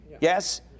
Yes